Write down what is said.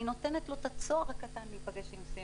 נותנת לו את הצוהר הקטן להיפגש עם "סימנס"